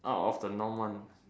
out of the norm one